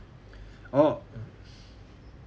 orh